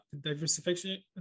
diversification